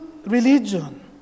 religion